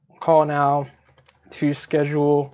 call now to schedule